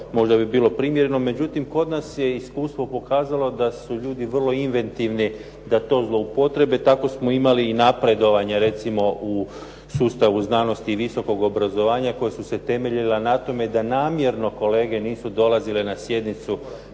možda bi bilo primjereno. Međutim, kod nas je iskustvo pokazalo da su ljudi vrlo inventivni, da to zloupotrijebe. Tako smo imali i napredovanje recimo u sustavu znanosti i visokog obrazovanja koje su se temeljile na tome da namjerno kolege nisu dolazile na sjednicu